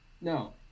No